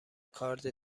کارد